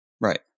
Right